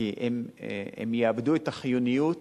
כי הם יאבדו את החיוניות